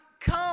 come